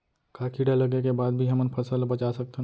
का कीड़ा लगे के बाद भी हमन फसल ल बचा सकथन?